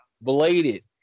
bladed